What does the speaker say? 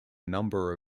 number